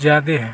ज़्यादा है